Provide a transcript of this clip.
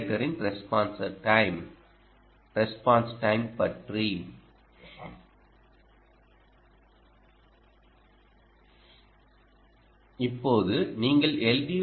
ரெகுலேட்டரின் response time response time பற்றி இப்போது நீங்கள் எல்